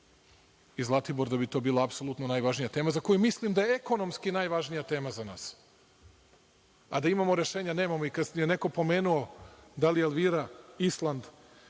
i Zlatibor, da bi to bila apsolutno najvažnija tema, za koju mislim da je ekonomski najvažnija tema za nas. Da imamo rešenja, nemamo. Kada je neko pomenuo da li je Elvira Island,